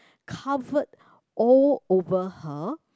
covered all over her